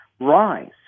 rise